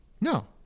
No